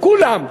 כולם.